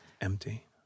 Empty